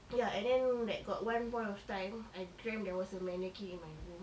ya and then like got one point of time I dreamt there was a mannequin in my room